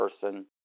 person